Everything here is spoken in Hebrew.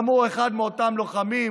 גם הוא אחד מאותם לוחמים,